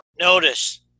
Notice